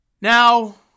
Now